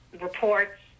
reports